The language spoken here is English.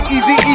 Easy